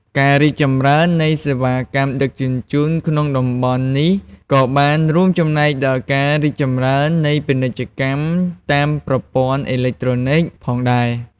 ការរីកចម្រើននៃសេវាកម្មដឹកជញ្ជូនក្នុងតំបន់នេះក៏បានរួមចំណែកដល់ការរីកចម្រើននៃពាណិជ្ជកម្មតាមប្រព័ន្ធអេឡិចត្រូនិកផងដែរ។